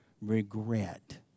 regret